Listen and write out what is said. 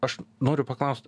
aš noriu paklaust